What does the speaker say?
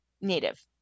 native